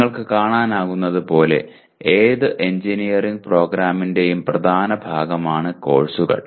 നിങ്ങൾക്ക് കാണാനാകുന്നതുപോലെ ഏത് എഞ്ചിനീയറിംഗ് പ്രോഗ്രാമിന്റെയും പ്രധാന ഭാഗമാണ് കോഴ്സുകൾ